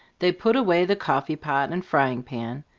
they put away the coffee pot and frying pan,